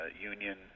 union